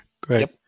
Great